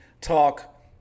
talk